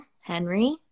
Henry